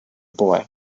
boy